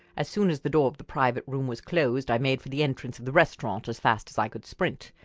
as soon as the door of the private room was closed i made for the entrance of the restaurant as fast as i could sprint.